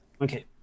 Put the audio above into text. Okay